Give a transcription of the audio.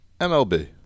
MLB